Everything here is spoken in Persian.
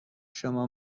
شما